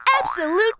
absolute